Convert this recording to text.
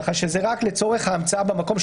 כך שזה רק לצורך ההמצאה שבמקום,